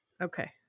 Okay